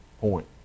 point